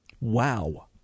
Wow